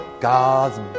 God's